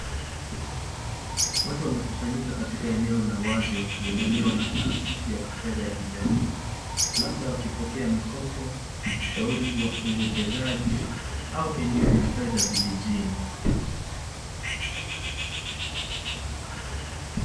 Watu wamekusanyika katika eneo la wazi wakiudumiwa na taasisi ya kifetha ya kijamii. Labda wakipokea mikopa, ushauri wa uekezaji, au elimu ya fedha vijijini.